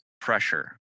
pressure